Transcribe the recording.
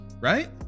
right